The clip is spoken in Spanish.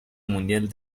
mundial